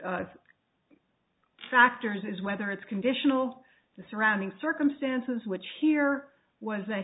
the factors is whether it's conditional the surrounding circumstances which here was that